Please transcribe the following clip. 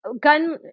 Gun